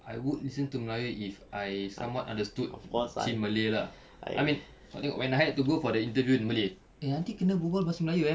I would listen to melayu if I somewhat understood chim malay lah I mean kau tengok when I had to go for the interview in malay eh nanti kena berbual bahasa melayu ye